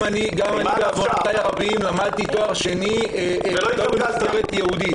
גם אני בעוונותיי הרבים למדתי תואר שני לא במסגרת ייעודית.